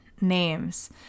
names